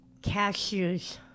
Cashews